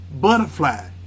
butterfly